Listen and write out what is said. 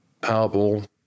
Powerball